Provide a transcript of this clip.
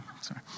Sorry